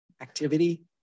activity